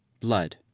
blood